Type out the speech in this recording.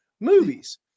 movies